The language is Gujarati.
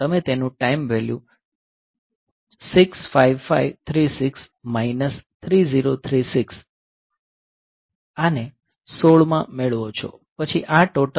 તમે તેનું ટાઇમ વેલ્યુ 65536 માઈનસ 3036 આને 16 માં મેળવો છો પછી આ ટોટલ મળે છે